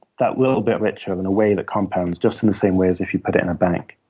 that little bit richer in a way that compounds just in the same way as if you'd put it in a bank.